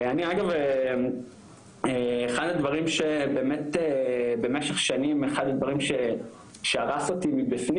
אני אגב אחד הדברים שבאמת במשך שנים אחד הדברים שהרס אותי מבפנים